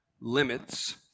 limits